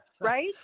right